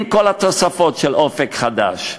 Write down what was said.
עם כל התוספות של "אופק חדש",